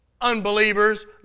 unbelievers